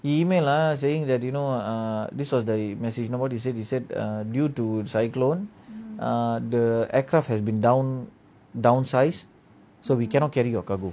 email ah saying that you know err this was the message nobody say they said err due to cyclone err the aircraft has been down downsized so we cannot carry your cargo